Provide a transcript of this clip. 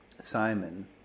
Simon